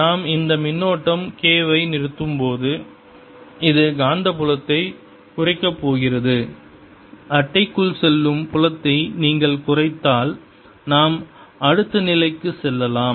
நாம் இந்த மின்னோட்டம் K வை நிறுத்தும்போது இது காந்தப் புலத்தை குறைக்க போகிறது அட்டைக்குள் செல்லும் புலத்தை நீங்கள் குறைத்தால் நாம் அடுத்த நிலைக்கு செல்லலாம்